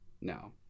no